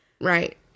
Right